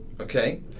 Okay